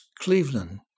Cleveland